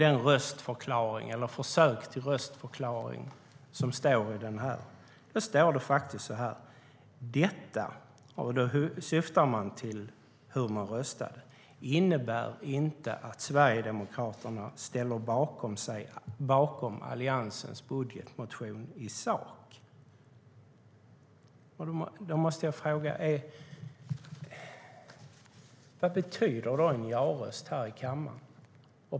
I er röstförklaring, eller försök till röstförklaring, står det: "Detta" - och då syftar ni på hur ni röstade - "innebär inte att Sverigedemokraterna ställer sig bakom Alliansens budgetförslag i sak".Då måste jag fråga: Vad betyder en ja-röst i kammaren?